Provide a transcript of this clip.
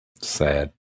Sad